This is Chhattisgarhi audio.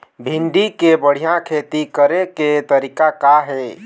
भिंडी के बढ़िया खेती करे के तरीका का हे?